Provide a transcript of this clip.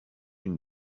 une